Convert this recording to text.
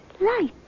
light